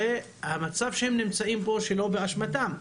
המצב שהם נמצאים בו, שלא באשמתם,